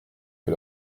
que